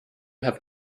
have